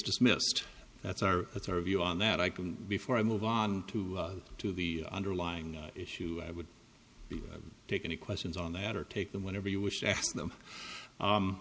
dismissed that's our that's our view on that i can before i move on to to the underlying issue i would take any questions on that or take them whenever you wish to ask them